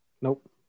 nope